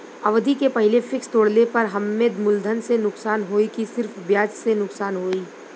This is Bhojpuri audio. अवधि के पहिले फिक्स तोड़ले पर हम्मे मुलधन से नुकसान होयी की सिर्फ ब्याज से नुकसान होयी?